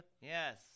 Yes